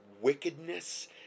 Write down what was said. wickedness